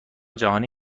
جهانی